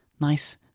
nice